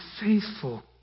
faithful